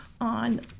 on